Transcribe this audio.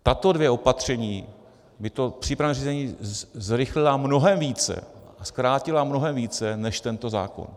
Tato dvě opatření by to přípravné řízení zrychlila mnohem více a zkrátila mnohem více než tento zákon.